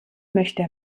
möchte